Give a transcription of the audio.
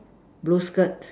blue skirt